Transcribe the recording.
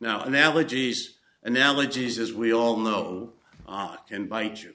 now analogies analogies as we all know can bite you